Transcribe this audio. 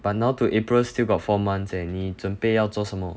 but now to april still got four months eh 你准备要做什么